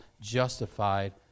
justified